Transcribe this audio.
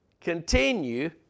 continue